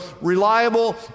reliable